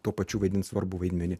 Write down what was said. tuo pačiu vaidins svarbų vaidmenį